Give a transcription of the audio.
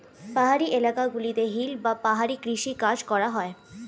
পাহাড়ি এলাকা গুলোতে হিল বা পাহাড়ি কৃষি কাজ করা হয়